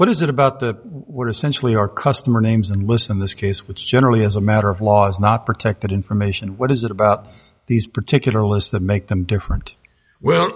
what is it about the were essentially our customer names and listen this case which generally as a matter of law is not protected information what is it about these particular lists the make them different well